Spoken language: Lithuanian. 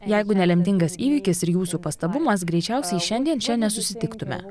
jeigu ne lemtingas įvykis ir jūsų pastabumas greičiausiai šiandien čia nesusitiktume